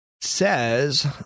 Says